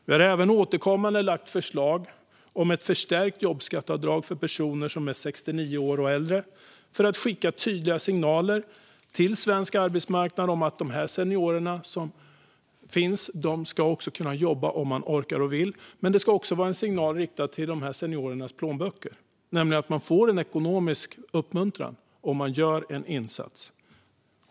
Vi har även återkommande lagt fram förslag om ett förstärkt jobbskatteavdrag för personer som är 69 år och äldre, för att skicka tydliga signaler till svensk arbetsmarknad om att de seniorer som orkar och vill ska kunna jobba. Men det ska också vara en signal riktad till dessa seniorers plånböcker. Man får en ekonomisk uppmuntran om man gör en insats.